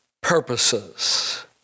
purposes